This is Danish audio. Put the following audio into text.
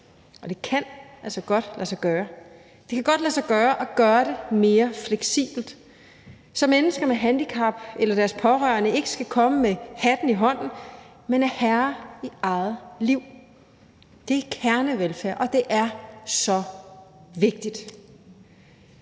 Og det kan altså godt lade sig gøre. Det kan godt lade sig gøre at gøre det mere fleksibelt, så mennesker med handicap eller deres pårørende ikke skal stå med hatten i hånden, men er herre i eget liv. Det er kernevelfærd, og det er så vigtigt.